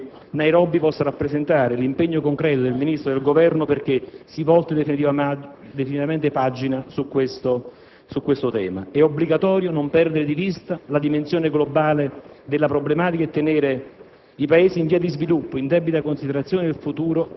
Ancora poco, bisogna fare di più e noi speriamo che la Conferenza di Nairobi possa rappresentare l'impegno concreto del Ministro e del Governo perché si volti definitivamente pagina su questo tema. È obbligatorio non perdere di vista la dimensione globale della problematica e tenere